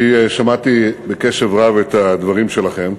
אני שמעתי בקשב רב את הדברים שלכם.